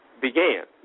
began